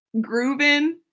grooving